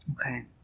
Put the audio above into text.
okay